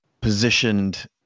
positioned